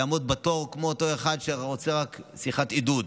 יעמוד בתור כמו אותו אחד שרוצה רק שיחת עידוד,